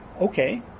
Okay